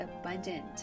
abundant